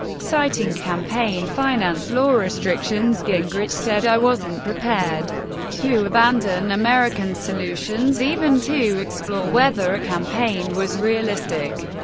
citing campaign finance law restrictions, gingrich said, i wasn't prepared to abandon american solutions, even to explore whether a campaign was realistic.